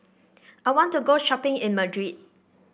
I want to go shopping in Madrid